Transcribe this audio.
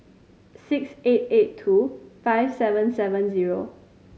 six eight eight two five seven seven zero